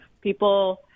People